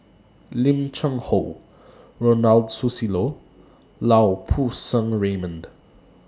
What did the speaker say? Lim Cheng Hoe Ronald Susilo and Lau Poo Seng Raymond